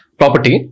property